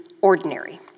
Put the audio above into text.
ordinary